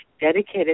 dedicated